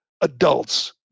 adults